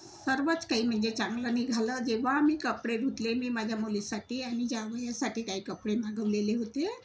सर्वच काही म्हणजे चांगलं निघालं जेव्हा मी कपडे धुतले मी माझ्या मुलीसाठी आणि जावयासाठी काही कपडे मागवलेले होते